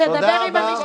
תודה רבה.